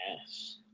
Yes